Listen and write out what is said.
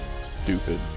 Stupid